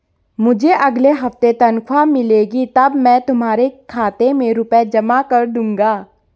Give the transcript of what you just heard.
मुझे अगले हफ्ते तनख्वाह मिलेगी तब मैं तुम्हारे खाते में रुपए जमा कर दूंगा